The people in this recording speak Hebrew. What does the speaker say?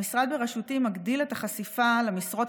המשרד בראשותי מגדיל את החשיפה למשרות